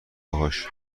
باهاش